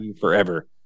forever